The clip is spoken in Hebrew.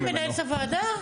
אתה מנהל את הוועדה?